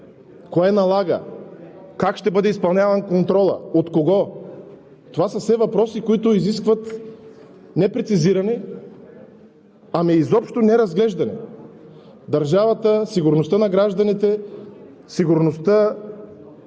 кое налага, как ще бъде изпълняван контролът, от кого? Това са все въпроси, които изискват не прецизиране, а изобщо неразглеждане. Държавата, сигурността на гражданите, сигурността